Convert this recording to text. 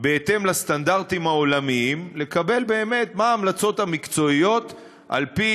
בהתאם לסטנדרטים העולמיים לקבל באמת המלצות מקצועיות על-פי